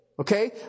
Okay